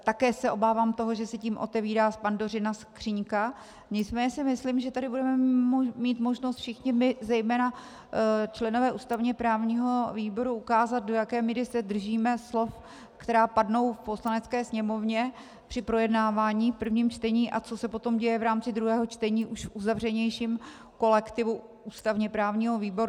Také se obávám toho, že se tím otevírá Pandořina skříňka, nicméně si myslím, že tady budeme mít možnost všichni my, zejména členové ústavněprávního výboru, ukázat, do jaké míry se držíme slov, která padnou v Poslanecké sněmovně při projednávání v prvním čtení, a co se potom děje v rámci druhého čtení už v uzavřenějším kolektivu ústavněprávního výboru.